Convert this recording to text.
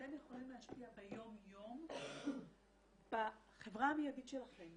שאתם יכולים להשפיע ביום יום בחברה המיידית שלכם,